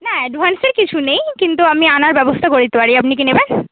না অ্যাডভান্সের কিছু নেই কিন্তু আমি আনার ব্যবস্থা করে দিতে পারি আপনি কি নেবেন